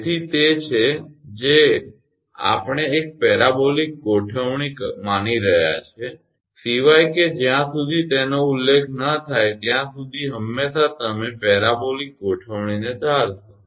તેથી તે છે કે આપણે એક પેરાબોલિક ગોઠવણી માની રહ્યા છીએ સિવાય કે જ્યાં સુધી તેનો ઉલ્લેખ ન થાય ત્યાં સુધી હંમેશાં તમે પેરાબોલિક ગોઠવણીને ધારશો